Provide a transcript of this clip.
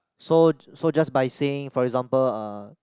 so so just by saying for example uh